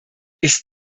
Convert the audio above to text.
ist